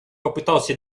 попытался